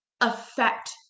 affect